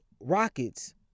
Rockets